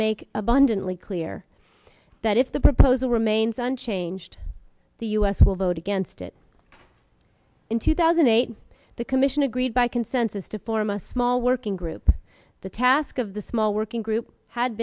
make abundantly clear that if the proposal remains unchanged the us will vote against it in two thousand and eight the commission agreed by consensus to form a small working group the task of the small working group had